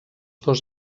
dos